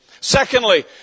Secondly